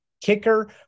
kicker